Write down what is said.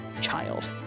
child